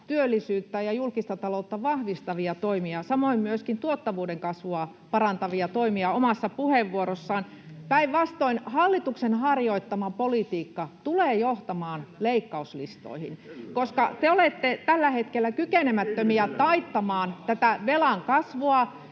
työllisyyttä ja julkista taloutta vahvistavia toimia, samoin myöskin tuottavuuden kasvua parantavia toimia. Päinvastoin hallituksen harjoittama politiikka tulee johtamaan leikkauslistoihin, koska te olette tällä hetkellä kykenemättömiä taittamaan tätä velan kasvua,